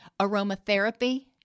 aromatherapy